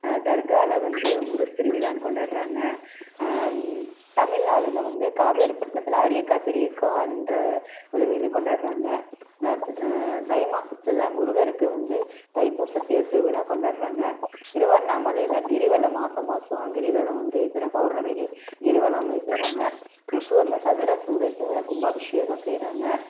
தர்காவில் வந்து உருஸ் திருவிழான்னு கொண்டாடுகிறாங்க தமிழ் ஆளுங்க வந்து காவேரி பட்டணத்தில் அரியக்கா பெரியக்காகிற ஒரு இது கொண்டாடுகிறாங்க து தை மாதத்துல முருகருக்கு வந்து தைப்பூச தேர் திருவிழா கொண்டாடுகிறாங்க திருவண்ணாமலையில் கிரிவலம் மாதம் மாதம் கிரிவலம் வந்து சிறம் பௌர்ணமிக்கு கிரிவலம் இது செய்கிறாங்க ஒசூரில் சந்திர சூடீஸ்வரர் கும்பாபிஷேகம் செய்கிறாங்க